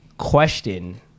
question